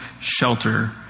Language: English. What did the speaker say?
shelter